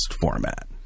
format